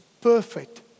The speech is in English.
perfect